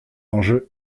enjeu